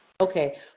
okay